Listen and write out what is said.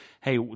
Hey